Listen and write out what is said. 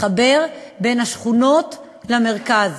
לחבר בין השכונות למרכז